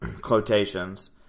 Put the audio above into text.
quotations